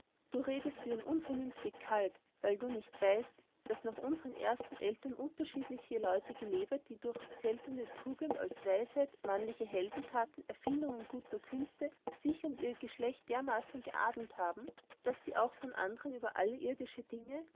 du redest wie ein unvernünftig kalb weil du nicht weißt daß nach unsern ersten eltern unterschiedliche leute gelebet die durch seltene tugenden als weisheit mannliche heldentaten und erfindung guter künste sich und ihr geschlecht dermaßen geadelt haben daß sie auch von andern über alle irdische dinge